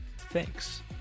Thanks